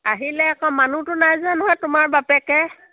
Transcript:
আহিলে আকৌ মানুহটো নাই যে নহয় তোমাৰ বাপেকে